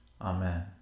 Amen